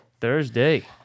Thursday